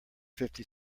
fifty